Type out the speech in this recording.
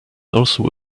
also